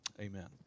Amen